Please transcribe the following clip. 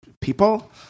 people